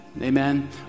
Amen